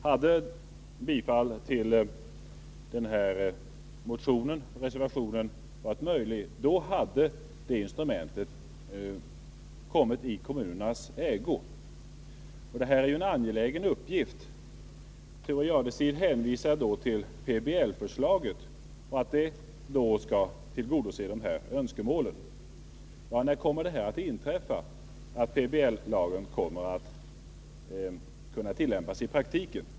Hade bifall till den här reservationen varit möjlig, hade det instrumentet kommit i kommunernas ägo. Detta är en angelägen uppgift. Thure Jadestig hänvisar till att PBL-förslaget skall tillgodose dessa önskemål. När kommer PBL-förslaget att kunna tillämpas i praktiken?